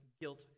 guilt